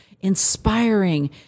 inspiring